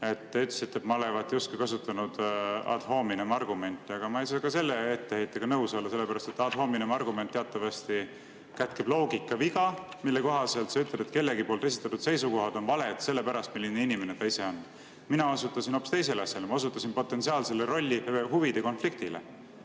Te ütlesite, et ma olevat justkui kasutanudad hominemargumenti, aga ma ei saa ka selle etteheitega nõus olla, sellepärast etad hominemargument teatavasti kätkeb loogikaviga. See ütleb, et kellegi esitatud seisukohad on valed sellepärast, milline inimene ta ise on. Mina osutasin hoopis teisele asjale, ma osutasin potentsiaalsele huvide konfliktile.